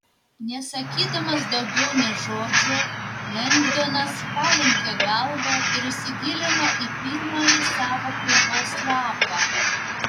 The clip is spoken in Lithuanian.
nesakydamas daugiau nė žodžio lengdonas palenkė galvą ir įsigilino į pirmąjį savo krūvos lapą